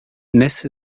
dnes